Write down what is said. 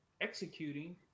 executing